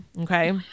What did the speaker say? okay